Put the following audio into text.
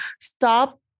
stop